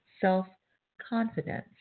self-confidence